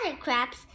crabs